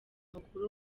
mukuru